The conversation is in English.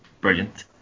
brilliant